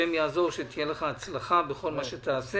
השם יעזור, שתהיה לך הצלחה בכל מה שתעשה.